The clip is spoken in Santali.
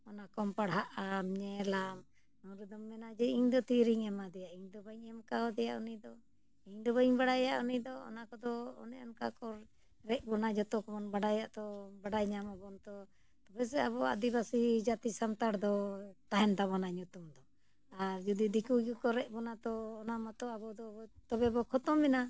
ᱚᱱᱟᱠᱚᱢ ᱯᱟᱲᱦᱟᱜ ᱟᱢ ᱧᱮᱞᱟᱢ ᱩᱱ ᱨᱮᱫᱚᱢ ᱢᱮᱱᱟ ᱡᱮ ᱤᱧᱫᱚ ᱛᱤᱨᱤᱧ ᱮᱢᱟᱫᱮᱭᱟ ᱤᱧᱫᱚ ᱵᱟᱹᱧ ᱮᱢ ᱠᱟᱣᱫᱮᱭᱟ ᱩᱱᱤᱫᱚ ᱤᱧᱫᱚ ᱵᱟᱹᱧ ᱵᱟᱲᱟᱭᱟ ᱩᱱᱤᱫᱚ ᱚᱱᱟ ᱠᱚᱫᱚ ᱚᱱᱮ ᱚᱱᱠᱟ ᱠᱚ ᱨᱮᱡ ᱵᱚᱱᱟ ᱡᱚᱛᱚ ᱠᱚᱵᱚᱱ ᱵᱟᱰᱟᱭᱟ ᱛᱚ ᱵᱟᱰᱟᱭ ᱧᱟᱢ ᱟᱵᱚᱱ ᱛᱚ ᱛᱚᱵᱮ ᱥᱮ ᱟᱵᱚ ᱟᱹᱫᱤᱵᱟᱹᱥᱤ ᱡᱟᱹᱛᱤ ᱥᱟᱱᱛᱟᱲ ᱫᱚ ᱛᱟᱦᱮᱱ ᱛᱟᱵᱚᱱᱟ ᱧᱩᱛᱩᱢ ᱫᱚ ᱟᱨ ᱡᱩᱫᱤ ᱫᱤᱠᱩ ᱜᱮᱠᱚ ᱨᱮᱡ ᱵᱚᱱᱟ ᱛᱚ ᱚᱱᱟ ᱢᱟᱛᱚ ᱟᱵᱚᱫᱚ ᱛᱚᱵᱮ ᱵᱚ ᱠᱷᱚᱛᱚᱢᱮᱱᱟ